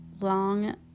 Long